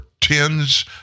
tens